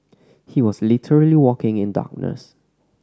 he was literally walking in darkness